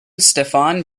stefan